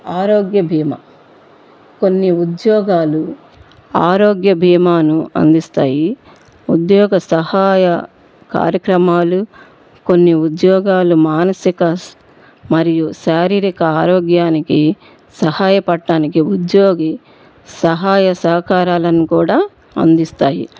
ఆరోగ్య బీమా కొన్ని ఉద్యోగాలు ఆరోగ్య బీమాను అందిస్తాయి ఉద్యోగ సహాయ కార్యక్రమాలు కొన్ని ఉద్యోగాలు మానసిక మరియు శారీరక ఆరోగ్యానికి సహాయపట్టానికి ఉద్యోగి సహాయ సహకారాలను కూడా అందిస్తాయి